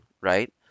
right